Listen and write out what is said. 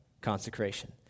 consecration